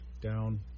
down